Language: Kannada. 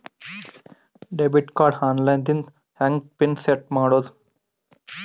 ಡೆಬಿಟ್ ಕಾರ್ಡ್ ಆನ್ ಲೈನ್ ದಿಂದ ಹೆಂಗ್ ಪಿನ್ ಸೆಟ್ ಮಾಡೋದು?